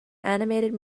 animated